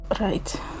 Right